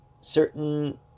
certain